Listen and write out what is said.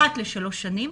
אחת לשלוש שנים,